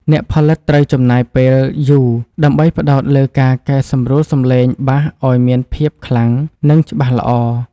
អ្នកផលិតត្រូវចំណាយពេលយូរដើម្បីផ្ដោតលើការកែសម្រួលសំឡេងបាសឱ្យមានភាពខ្លាំង និង ច្បាស់ល្អ។